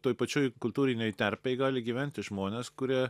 toj pačioj kultūrinėj terpėj gali gyventi žmonės kurie